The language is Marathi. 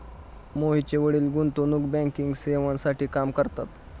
मोहितचे वडील गुंतवणूक बँकिंग सेवांसाठी काम करतात